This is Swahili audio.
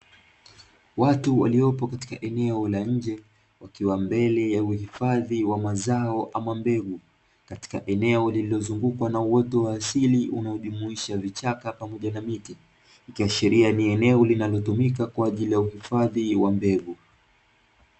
Watu waliopo katika eneo la nje wakiwa mbele ya uhifadhi wa mazao ama mbegu katika eneo lililozungukwa na uoto wa asili, unaojumuisha vichaka pamoja na miti ikiashiria ni eneo linalotumika kwa ajili ya uhifadhi wa mbegu.